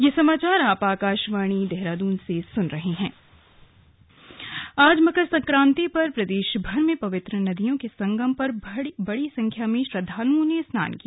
slug Makar Sankranti Bageshwar आज मकर संक्रांति पर प्रदेशभर में पवित्र नदियों के संगम पर बड़ी संख्या में श्रद्धालुओं ने स्नान किया